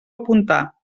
apuntar